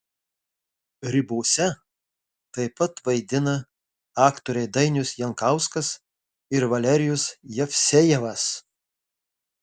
ribose taip pat vaidina aktoriai dainius jankauskas ir valerijus jevsejevas